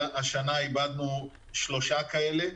השנה איבדנו שלושה כאלה.